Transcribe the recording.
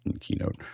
Keynote